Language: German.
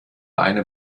eine